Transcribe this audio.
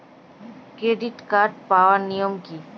Credit card পাওয়ার নিয়ম কী?